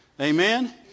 Amen